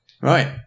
Right